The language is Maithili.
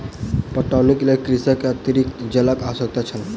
पटौनीक लेल कृषक के अतरिक्त जलक आवश्यकता छल